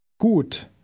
Gut